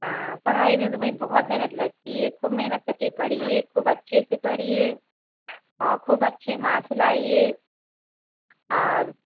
हाँ पढ़ाई में तो भाई बहुत मेहनत लगती है खूब मेहनत कर कर पढ़िये खूब अच्छे से पढ़िये और खूब अच्छे मार्क्स लाइये और